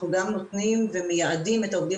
אנחנו גם נותנים ומייעדים את העובדים